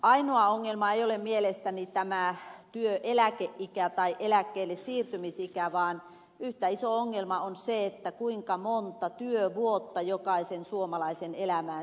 ainoa ongelma ei ole mielestäni tämä työeläkeikä tai eläkkeellesiirtymisikä vaan yhtä iso ongelma on se kuinka monta työvuotta jokaisen suomalaisen elämään sisältyy